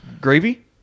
Gravy